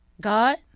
God